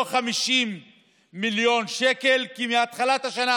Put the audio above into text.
לא 50 מיליון שקל, כי מהתחלת השנה